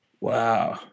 Wow